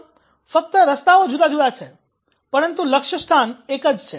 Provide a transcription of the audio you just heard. આમ ફક્ત રસ્તાઓ જુદા જુદા છે પરંતુ લક્ષ્યસ્થાન એક જ છે